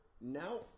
now